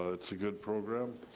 ah it's a good program.